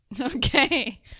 Okay